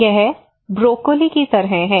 यह ब्रोकोली की तरह है